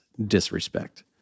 disrespect